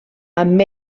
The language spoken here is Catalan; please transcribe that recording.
amb